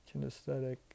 Kinesthetic